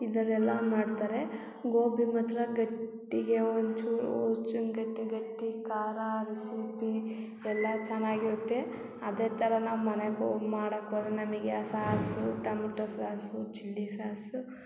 ಇದ್ರಲ್ಲಿ ಎಲ್ಲ ಮಾಡ್ತಾರೆ ಗೋಬಿ ಮಾತ್ರ ಗಟ್ಟಿಗೆ ಒಂಚೂರು ಗಟ್ಟಿ ಗಟ್ಟಿ ಖಾರಾ ರೆಸಿಪಿ ಎಲ್ಲ ಚೆನ್ನಾಗಿರುತ್ತೆ ಅದೇ ಥರ ನಾವು ಮನೆಗೆ ಹೋಗಿ ಮಾಡಾಕ್ಕೋದ್ರೆ ನಮಗೆ ಆ sauce tomato sauce chilli sauce